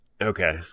okay